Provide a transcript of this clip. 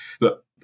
Look